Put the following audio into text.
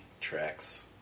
tracks